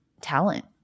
talent